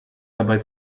dabei